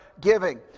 giving